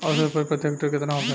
औसत उपज प्रति हेक्टेयर केतना होखे?